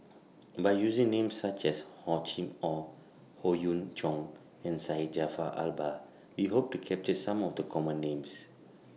By using Names such as Hor Chim Or Howe Yoon Chong and Syed Jaafar Albar We Hope to capture Some of The Common Names